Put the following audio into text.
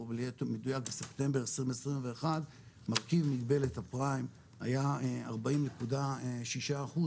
ליתר דיוק בספטמבר 2021 מרכיב מגבלת הפריים היה 40.6 אחוז